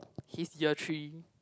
he's year three